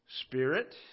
Spirit